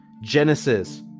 Genesis